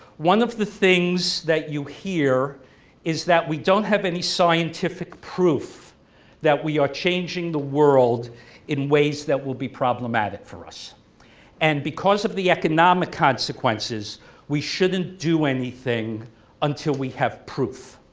one of the things that you hear is that we don't have any scientific proof that we are changing the world in ways that will be problematic for us and because of the economic consequences we shouldn't do anything until we have proof.